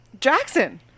Jackson